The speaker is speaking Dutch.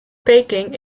peking